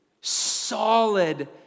solid